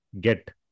get